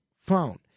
phone